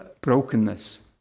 brokenness